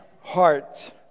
heart